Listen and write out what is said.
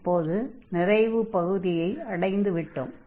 இப்போது நிறைவுப் பகுதியை அடைந்து விட்டோம்